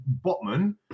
Botman